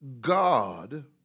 God